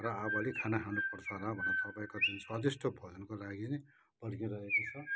र अब अलिक खाना खानुपर्छ होला भनेर तपाईँको जुन स्वादिष्ठ भोजनको लागि नै पर्खिरहेको छ